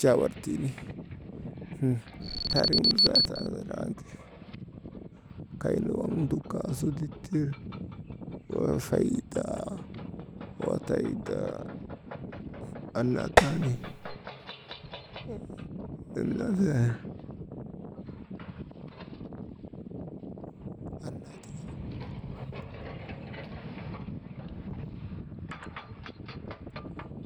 Chaawar tiini, him taarin̰ nu zaata andalaandi, kay nu waŋ nduk kaasu dittir walfay taa, wataydaa annaa tani, annaa tika,